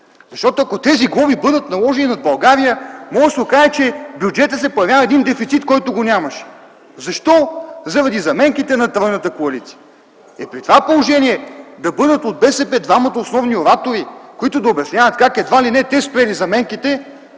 защото ако тези глоби бъдат наложени на България, може да се окаже, че в бюджета се появява един дефицит, който го нямаше. Защо? – Заради заменките на тройната коалиция. И при това положение да бъдат от БСП двамата основни оратори, които да обясняват как едва ли не те спрели заменките,